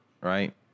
right